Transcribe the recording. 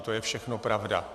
To je všechno pravda.